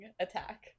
attack